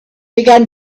began